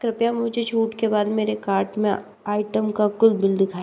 कृपया मुझे छूट के बाद मेरे कार्ट में आइटम का कुल बिल दिखाएँ